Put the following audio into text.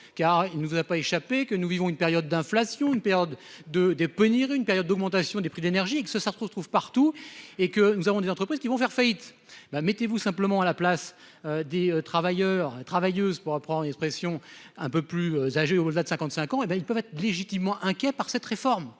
Car il ne vous a pas échappé que nous vivons une période d'inflation, une période de de punir une période d'augmentation des prix de l'énergie et que ce Sarko trouve partout et que nous avons des entreprises qui vont faire faillite. Bah, mettez-vous simplement à la place des travailleurs et travailleuses pour reprendre une expression un peu plus âgés au-delà de 55 ans et ben ils peuvent être légitimement inquiets par cette réforme.